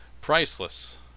priceless